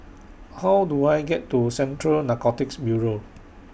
How Do I get to Central Narcotics Bureau